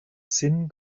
sin